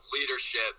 leadership